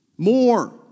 More